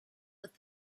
with